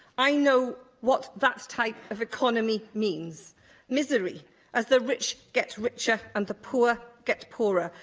i know what that type of economy means misery as the rich get richer and the poor get poorer,